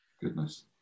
goodness